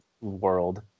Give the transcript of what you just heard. world